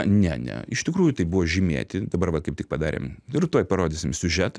ne ne iš tikrųjų tai buvo žymėti dabar va kaip tik padarėm ir tuoj parodysim siužetą